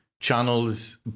channels